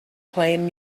playing